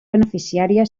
beneficiària